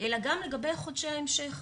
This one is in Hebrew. אלא גם לגבי חודשי ההמשך.